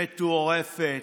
מטורפת,